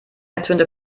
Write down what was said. ertönte